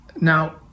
Now